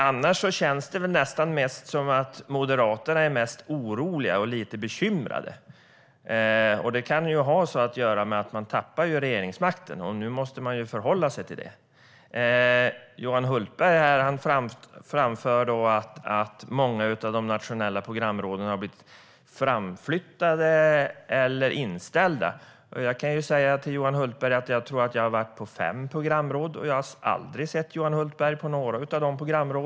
Annars känns det som om Moderaterna mest är oroliga och lite bekymrade. Det kan ha att göra med att man tappade regeringsmakten och nu måste förhålla sig till det. Johan Hultberg framför att många av de nationella programråden har blivit framflyttade eller inställda. Jag kan säga till Johan Hultberg att jag tror att jag har varit på fem programråd, men jag har aldrig sett Johan Hultberg på något av dem.